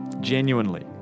genuinely